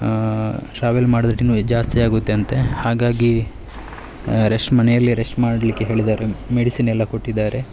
travel ಮಾಡಿದರೆ ಇನ್ನೂ ಜಾಸ್ತಿ ಆಗುತ್ತೆ ಅಂತೆ ಹಾಗಾಗಿ ರೆಸ್ಟ್ ಮನೆಯಲ್ಲೇ ರೆಸ್ಟ್ ಮಾಡಲಿಕ್ಕೆ ಹೇಳಿದ್ದಾರೆ ಮೆಡಿಸಿನ್ ಎಲ್ಲಾ ಕೊಟ್ಟಿದ್ದಾರೆ